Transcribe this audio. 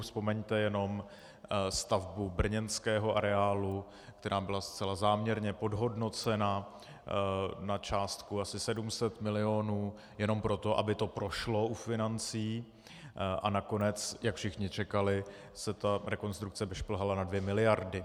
Vzpomeňte jenom stavbu brněnského areálu, která byla zcela záměrně podhodnocena na částku asi 700 milionů jenom proto, aby to prošlo u financí, a nakonec, jak všichni čekali, se ta rekonstrukce vyšplhala na dvě miliardy.